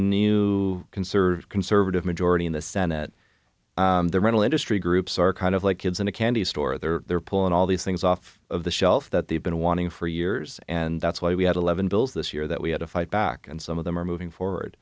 new conserve conservative majority in the senate the rental industry groups are kind of like kids in a candy store they're pulling all these things off the shelf that they've been wanting for years and that's why we had eleven bills this year that we had to fight back and some of them are moving forward